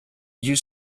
you